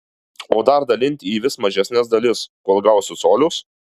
o dar dalinti į vis mažesnes dalis kol gausiu colius